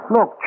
Look